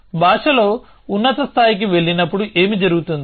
మీరు భాషలో ఉన్నత స్థాయికి వెళ్లినప్పుడు ఏమి జరుగుతుంది